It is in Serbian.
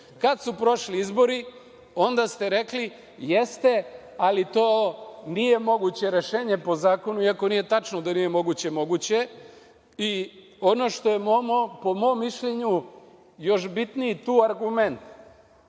Kad su prošli izbori onda ste rekli – jeste, ali to nije moguće rešenje po zakonu, iako nije tačno da nije moguće, jer je moguće. Ono što je po mom mišljenju još bitniji tu argument,